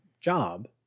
job